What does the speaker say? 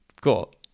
cool